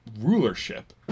rulership